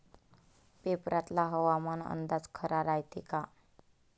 पेपरातला हवामान अंदाज खरा रायते का?